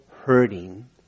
hurting